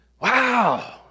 Wow